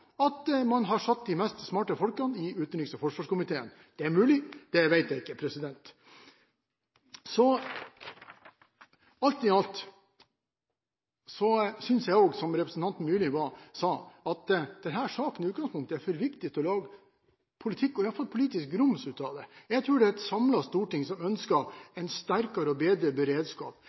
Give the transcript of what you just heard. at man har plassert de smarteste menneskene i forsvarskomiteen. Det er mulig. Det vet jeg ikke. Alt i alt synes jeg – som representanten Myrli sa – at denne saken i utgangspunktet er for viktig til å lage politisk grums av. Jeg tror det er et samlet storting som ønsker en sterkere og bedre beredskap.